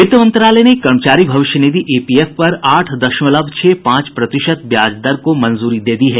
वित्त मंत्रालय ने कर्मचारी भविष्य निधि ईपीएफ पर आठ दशमलव छह पांच प्रतिशत ब्याज दर को मंजूरी दे दी है